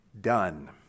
done